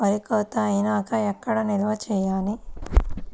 వరి కోత అయినాక ఎక్కడ నిల్వ చేయాలి?